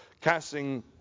casting